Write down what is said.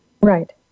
Right